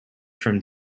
from